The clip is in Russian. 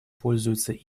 пользуются